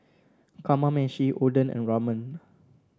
Kamameshi Oden and Ramen